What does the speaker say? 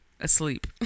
asleep